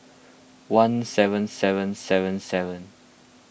one seven seven seven seven